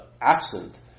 absent